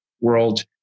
world